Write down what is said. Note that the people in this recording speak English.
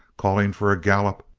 calling for a gallop?